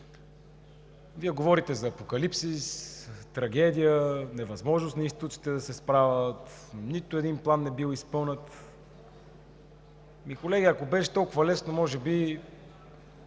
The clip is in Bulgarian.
Вие говорите за апокалипсис, трагедия, невъзможност на институциите да се справят, нито един план не е бил изпълнен. Колеги, ако беше толкова лесно, може би